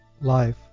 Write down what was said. Life